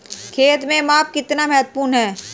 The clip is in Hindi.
खेत में माप कितना महत्वपूर्ण है?